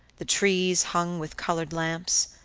the trees hung with colored lamps.